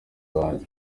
wanjye